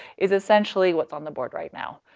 is essentially what's on the board right now.